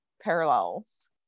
parallels